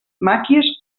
màquies